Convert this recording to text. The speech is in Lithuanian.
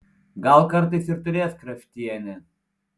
gal kartais ir turės kraftienė